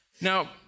Now